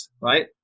right